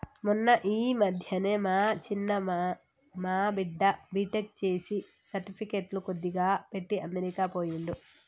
మొన్న ఈ మధ్యనే మా చిన్న మా బిడ్డ బీటెక్ చేసి సర్టిఫికెట్లు కొద్దిగా పెట్టి అమెరికా పోయిండు